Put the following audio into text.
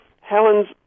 Helen's